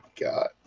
God